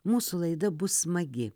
mūsų laida bus smagi